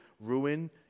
ruin